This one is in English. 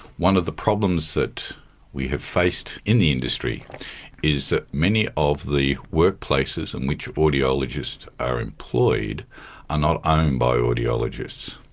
one of the problems that we have faced in the industry is that many of the workplaces in which audiologists are employed are not owned by audiologists,